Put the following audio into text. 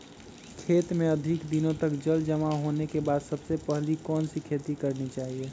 खेत में अधिक दिनों तक जल जमाओ होने के बाद सबसे पहली कौन सी खेती करनी चाहिए?